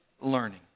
learning